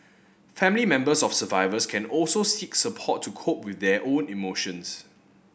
family members of survivors can also seek support to cope with their own emotions